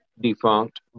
defunct